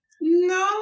no